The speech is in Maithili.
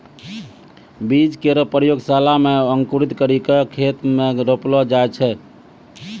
बीज केरो प्रयोगशाला म अंकुरित करि क खेत म रोपलो जाय छै